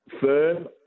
firm